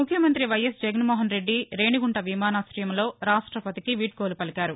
ముఖ్యమంత్రి వైఎస్ జగన్మోహన్రెడ్డి రేణిగుంట విమానాకయంలో రాష్టపతికి వీడ్కోలు పలికారు